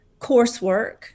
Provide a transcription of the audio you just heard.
coursework